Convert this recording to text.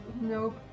Nope